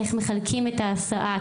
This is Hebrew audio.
איך מחלקים את ההסעה?